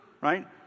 right